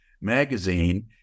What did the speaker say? magazine